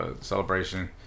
celebration